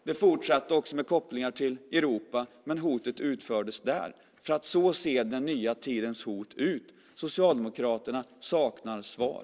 Det fortsatte också med kopplingar till Europa, men hotet förverkligades i USA. Så ser den nya tidens hot ut. Socialdemokraterna saknar svar.